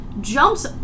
jumps